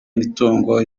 imitungo